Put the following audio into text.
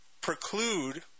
preclude